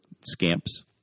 SCAMPS